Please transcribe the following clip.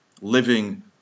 living